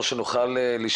לא עונה.